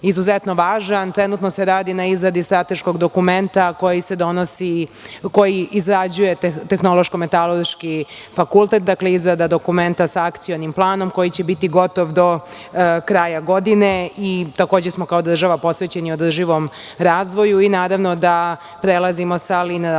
izuzetno važan. Trenutno se radi na izgradi strateškog dokumenta koji izrađuje Tehnološko-metaloški fakultet, izrada dokumenta sa akcionim planom koji će biti gotov do kraja godine i takođe smo kao država posvećeni održivom razvoju i naravno da prelazimo sa linearnog